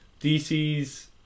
DC's